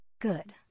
Good